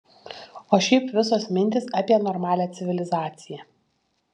o šiaip visos mintys apie normalią civilizaciją